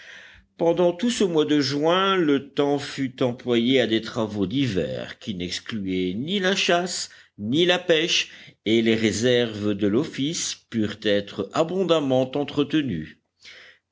pendant tout ce mois de juin le temps fut employé à des travaux divers qui n'excluaient ni la chasse ni la pêche et les réserves de l'office purent être abondamment entretenues